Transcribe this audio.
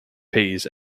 peas